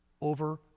over